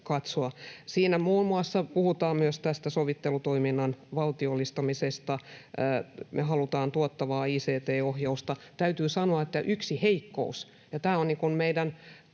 Siinä muun muassa puhutaan myös tästä sovittelutoiminnan valtiollistamisesta. Me halutaan tuottavaa ict-ohjausta. Täytyy sanoa, että yksi heikkous — ja tämä on meidän